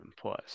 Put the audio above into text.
plus